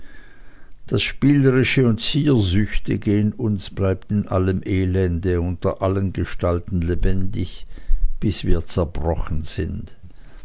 das spielerische und ziersüchtige in uns bleibt in allem elende und unter allen gestalten lebendig bis wir zerbrochen sind